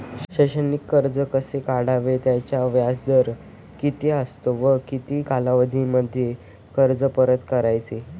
शैक्षणिक कर्ज कसे काढावे? त्याचा व्याजदर किती असतो व किती कालावधीमध्ये कर्ज परत करायचे?